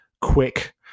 quick